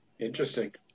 Interesting